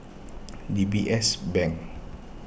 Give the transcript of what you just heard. D B S Bank